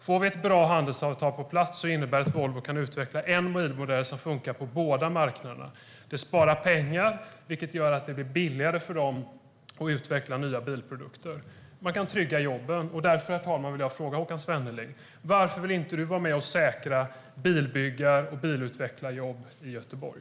Om vi får ett bra handelsavtal på plats innebär det att Volvo kan utveckla en bilmodell som fungerar på båda marknaderna. Det sparar pengar, vilket gör att det blir billigare för Volvo att utveckla nya bilprodukter. Jobben kan tryggas. Herr talman! Varför vill Håkan Svenneling inte vara med och säkra bilbyggar och bilutvecklarjobb i Göteborg?